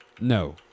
No